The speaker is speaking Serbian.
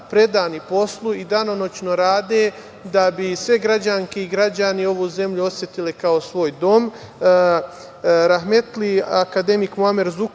predani poslu i danonoćno rade da bi sve građanke i građani ovu zemlju osetili kao svoj dom.